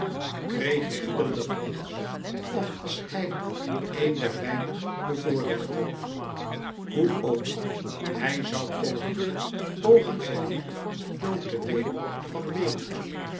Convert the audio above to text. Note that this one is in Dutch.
kreeg ieder de glans of was hij eén der weinig bevoorrechten hoe ook hij zoû pogen pogen zich niet dood te weenen van weemoed